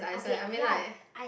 okay ya I